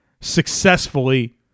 successfully